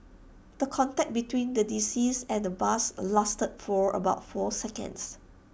the contact between the deceased and the bus lasted for about four seconds